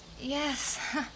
Yes